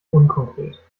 unkonkret